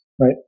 right